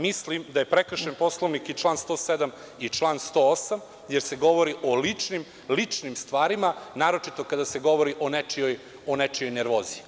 Mislim da je prekršen Poslovnik i član 107. i član 108, jer se govori o ličnim stvarima, naročito kada se govori o nečijoj nervozi.